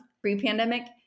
pre-pandemic